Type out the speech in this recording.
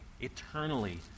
eternally